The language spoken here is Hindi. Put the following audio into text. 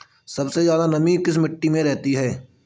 सबसे ज्यादा नमी किस मिट्टी में रहती है?